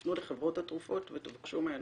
שתפנו לחברות התרופות ותבקשו מהן